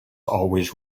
always